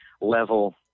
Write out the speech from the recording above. level